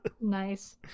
Nice